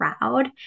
proud